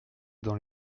dans